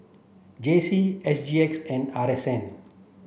J C S G X and R S N